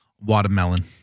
Watermelon